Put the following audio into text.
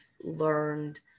learned